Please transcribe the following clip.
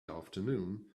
afternoon